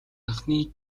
анхны